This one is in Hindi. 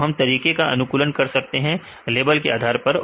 तो हम तरीके का अनुकूलन कर सकते हैं लेवल के आधार पर